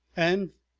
and,